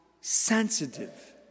sensitive